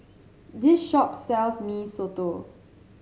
this shop sells Mee Soto